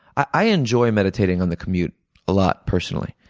i enjoy meditating on the commute a lot, personally.